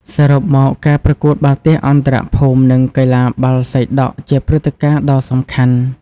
សរុបមក ការប្រកួតបាល់ទះអន្តរភូមិនិងកីឡាបាល់សីដក់ជាព្រឹត្តិការណ៍ដ៏សំខាន់។